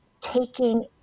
taking